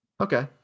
Okay